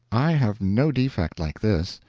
i have no defect like this.